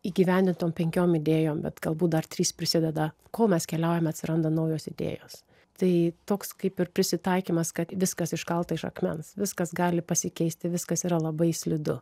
įgyvendintom penkiom idėjom bet galbūt dar trys prisideda kol mes keliaujame atsiranda naujos idėjos tai toks kaip ir prisitaikymas kad viskas iškalta iš akmens viskas gali pasikeisti viskas yra labai slidu